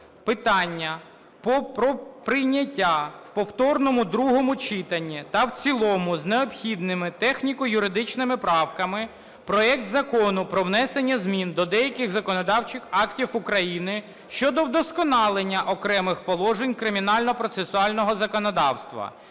питання про прийняття в повторному другому читанні та в цілому з необхідними техніко-юридичними правками проект Закону про внесення змін до деяких законодавчих актів України щодо вдосконалення окремих положень Кримінально-процесуального законодавства